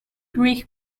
greek